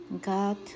God